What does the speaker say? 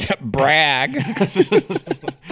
Brag